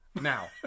Now